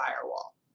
firewall